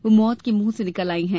वह मौत के मुंह से निकल आई है